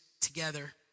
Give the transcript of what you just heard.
together